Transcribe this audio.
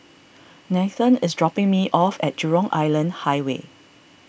Nathen is dropping me off at Jurong Island Highway